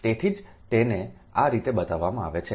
તેથી જ તેને આ રીતે બતાવવામાં આવે છે